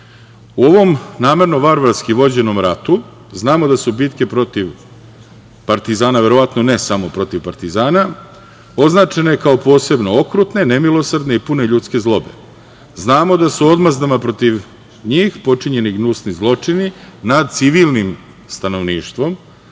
ovom namerno varvarski vođenom ratu znamo da su bitke protiv partizana verovatno ne samo protiv partizana, označene kao posebno okrutne, nemilosrdne i pune ljudske zlobe. Znamo da su odmazdama protiv njih počinjeni gnusni zločini nad civilnim stanovništvom.